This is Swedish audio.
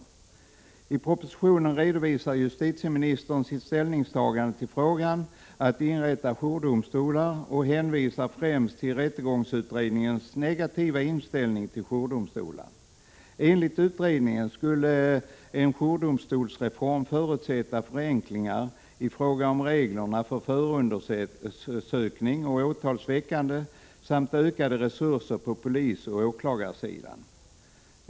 I propositionen redovisar justitieministern sitt ställningstagande till frågan om att inrätta jourdomstolar och hänvisar främst till rättegångsutredningens negativa inställning till sådana. Enligt utredningen skulle en jourdomstolsreform förutsätta förenklingar i fråga om reglerna för förundersökning och åtals väckande samt ökade resurser på polisoch åklagarsidan.